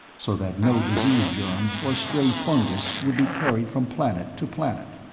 so that no disease germ or stray fungus would be carried from planet to planet.